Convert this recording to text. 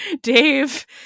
Dave